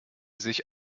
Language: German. sich